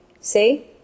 See